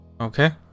Okay